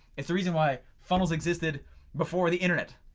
it's the reason why funnels existed before the internet.